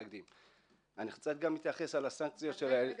צריך גם להתייחס לסנקציה של --- רגע,